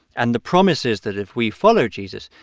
and the promise is that if we follow jesus,